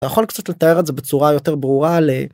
יכול קצת לתאר את זה בצורה יותר ברורה ל..